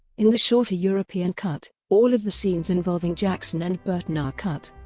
in the shorter european cut, all of the scenes involving jackson and burton are cut.